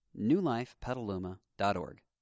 newlifepetaluma.org